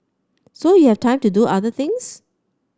so you have time to do other things